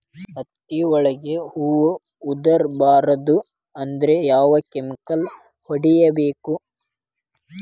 ಹತ್ತಿ ಒಳಗ ಹೂವು ಉದುರ್ ಬಾರದು ಅಂದ್ರ ಯಾವ ಕೆಮಿಕಲ್ ಹೊಡಿಬೇಕು?